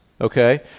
okay